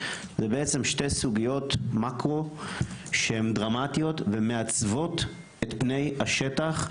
אלה בעצם שתי סוגיות מאקרו שהן דרמטיות ומעצבות את פני השטח.